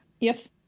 Yes